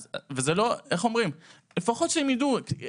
אז לפחות שידעו.